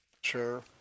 Sure